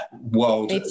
world